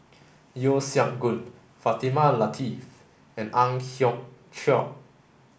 Yeo Siak Goon Fatimah Lateef and Ang Hiong Chiok